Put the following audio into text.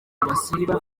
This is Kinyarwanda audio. basiba